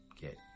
get